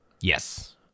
Yes